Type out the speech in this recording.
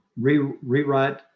rewrite